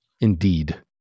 Indeed